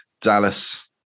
Dallas